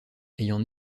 ayant